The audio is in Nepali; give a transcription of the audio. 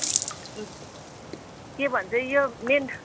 के भन्छ यो मेन